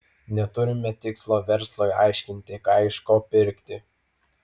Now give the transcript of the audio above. neturime tikslo verslui aiškinti ką iš ko pirkti